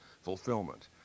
fulfillment